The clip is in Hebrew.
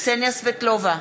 קסניה סבטלובה,